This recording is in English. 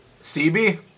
CB